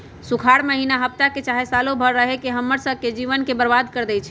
सुखार माहिन्ना हफ्ता चाहे सालों भर रहके हम्मर स के जीवन के बर्बाद कर देई छई